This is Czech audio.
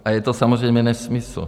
A je to samozřejmě nesmysl.